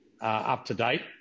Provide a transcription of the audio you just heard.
up-to-date